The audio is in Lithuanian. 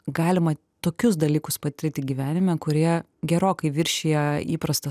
galima tokius dalykus patirti gyvenime kurie gerokai viršija įprastą